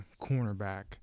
cornerback